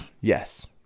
Yes